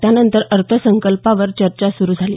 त्यानंतर अर्थसंकल्पावर चर्चा सुरू झाली